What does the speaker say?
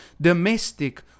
domestic